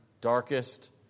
darkest